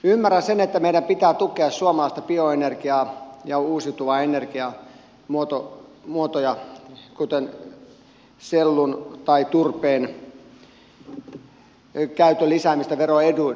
ymmärrän sen että meidän pitää tukea suomalaista bioenergiaa ja uusiutuvia energiamuotoja kuten sellun tai turpeen käytön lisäämistä veroeduin